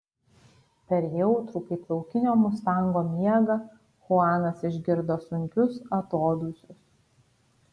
per jautrų kaip laukinio mustango miegą chuanas išgirdo sunkius atodūsius